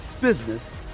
business